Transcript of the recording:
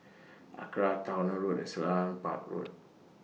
Acra Towner Road Selarang Park Road